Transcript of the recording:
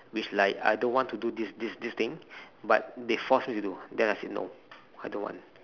which like I don't want to do this this this thing but then they force me to do but I am said no I don't want